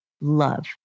love